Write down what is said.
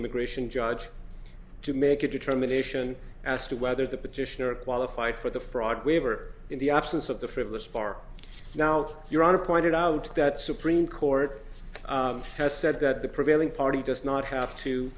immigration judge to make a determination as to whether the petitioner qualified for the fraud waiver in the absence of the frivolous bar now your honor pointed out that supreme court has said that the prevailing party does not have to